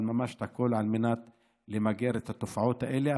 אבל ממש הכול, על מנת למגר את התופעות האלה.